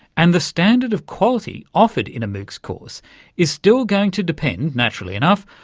and the standard of quality offered in a moocs course is still going to depend, naturally enough,